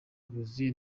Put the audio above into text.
rwuzuye